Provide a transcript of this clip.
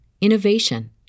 innovation